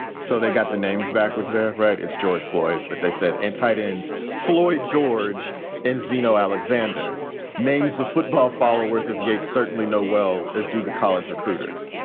so they got the. names backwards there. right. it's george floyd, but they said and tight ends, floyd, george and zino alexander names the football followers of yates' certainly know well, as do the college recruiters.